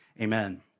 Amen